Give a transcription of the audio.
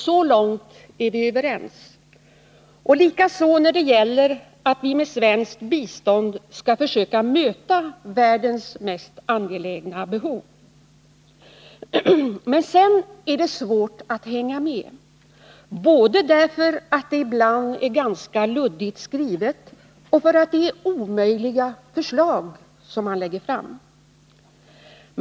Så långt är vi alla överens, och likaså när det gäller att vi med svenskt bistånd skall försöka möta världens mest angelägna behov. Men sedan är det svårt att hänga med — både därför att det ibland är ganska luddigt skrivet och för att det är omöjliga förslag man lägger fram.